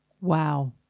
Wow